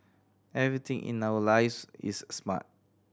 everything in our lives is smart